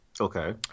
Okay